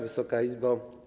Wysoka Izbo!